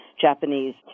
Japanese